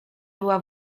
była